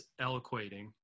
eloquating